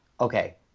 okay